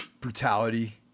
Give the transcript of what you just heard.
brutality